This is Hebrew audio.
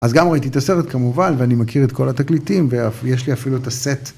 אז גם ראיתי את הסרט כמובן, ואני מכיר את כל התקליטים, ויש לי אפילו את הסט.